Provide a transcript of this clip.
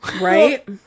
right